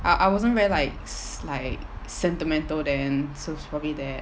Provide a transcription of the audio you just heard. I I wasn't very like like sentimental then so probably that